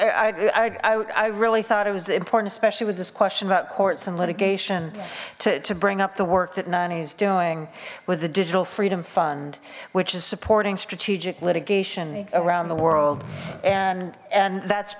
nonny i really thought it was important especially with this question about courts and litigation to bring up the work that nani is doing with the digital freedom fund which is supporting strategic litigation around the world and and that's